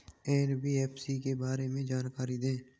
NBFC के बारे में जानकारी दें?